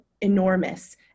enormous